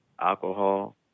alcohol